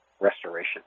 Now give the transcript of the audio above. restoration